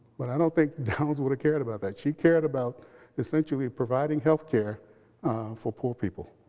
but i don't think downs would've cared about that. she cared about essentially providing health care for poor people.